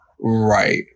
Right